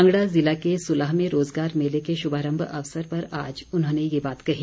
कांगड़ा ज़िला के सुलह में रोजगार मेले के शुभारंभ अवसर पर आज उन्होंने ये बात कही